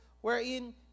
wherein